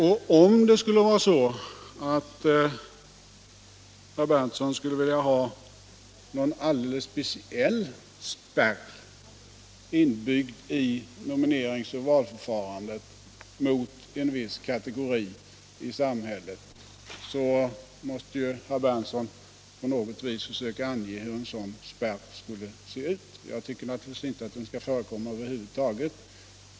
Och om det skulle vara så att herr Berndtson vill ha någon alldeles speciell spärr inbyggd i nominerings och valförfarandet mot en viss kategori i samhället, så måste ju Nils Berndtson försöka ange hur en sådan spärr skulle se ut. Jag tycker naturligtvis inte att den skall förekomma över huvud taget.